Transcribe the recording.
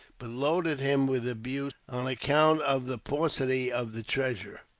but loaded him with abuse, on account of the paucity of the treasure,